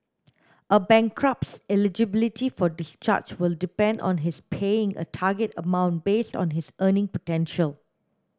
a bankrupt's eligibility for discharge will depend on his paying a target amount based on his earning potential